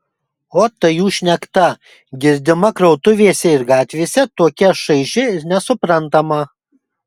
o ta jų šnekta girdima krautuvėse ir gatvėse tokia šaiži ir nesuprantama